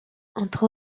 entre